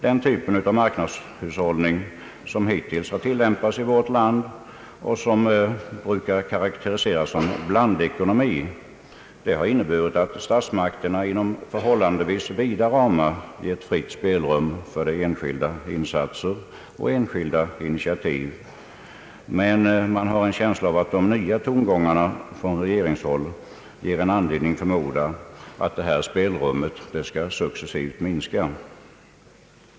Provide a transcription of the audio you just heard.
Den typ av marknadshushållning, som hittills tilllämpats i vårt land, och som brukar karakteriseras som blandekonomi, har inneburit att statsmakterna inom förhållandevis vida ramar gett fritt spelrum för enskilda insatser och initiativ, men jag har en känsla av att de nya tongångarna från regeringshåll ger anledning förmoda att detta spelrum skall successivt minska.